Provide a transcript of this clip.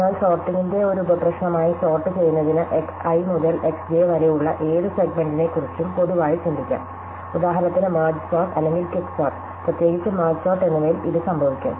എന്നാൽ സോർടിങ്ങിന്റെ ഒരു ഉപപ്രശ്നമായി സോർട്ട് ചെയ്യുനതിനു Xi മുതൽ Xj വരെയുള്ള ഏത് സെഗ്മെന്റിനെക്കുറിച്ചും പൊതുവായി ചിന്തിക്കാം ഉദാഹരണത്തിന് മെർജ് സോർട്ട് അല്ലെങ്കിൽ ക്യുക്ക് സോർട്ട് പ്രത്യേകിച്ച് മെർജ് സോർട്ട് എന്നിവയിൽ ഇത് സംഭവിക്കും